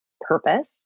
purpose